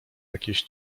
jakieś